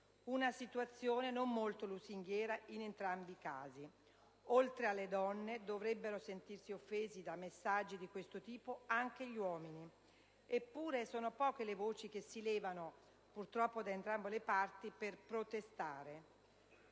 Una situazione non molto lusinghiera, in entrambi i casi. Oltre alle donne, dovrebbero sentirsi offesi da messaggi di questo tipo anche gli uomini. Eppure, sono poche le voci che si levano - purtroppo da entrambe le parti - per protestare.